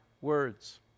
words